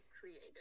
creative